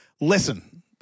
Listen